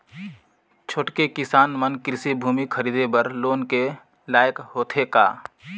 छोटके किसान मन कृषि भूमि खरीदे बर लोन के लायक होथे का?